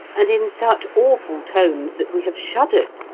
and in such awful tones that we have shuddered,